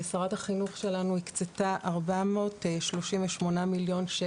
שרת החינוך שלנו הקצתה 438 מיליון שקל